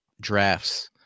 drafts